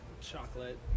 Chocolate